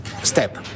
step